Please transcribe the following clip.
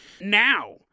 now